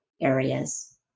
areas